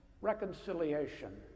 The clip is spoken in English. reconciliation